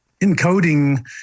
encoding